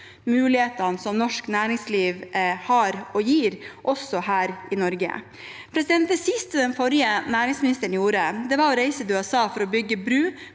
mulighetene norsk næringsliv har og gir også her i Norge. Det siste den forrige næringsministeren gjorde, var å reise til USA for å bygge bro